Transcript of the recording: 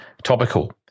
Topical